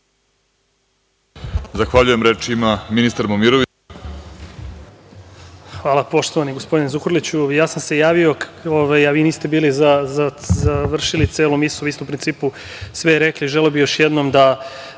Zahvaljujem. Reč ima ministar Momirović.